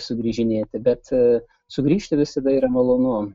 sugrįžinėti bet sugrįžti visada yra malonu